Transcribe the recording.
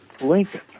Lincoln